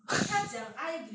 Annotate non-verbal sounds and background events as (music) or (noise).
(laughs)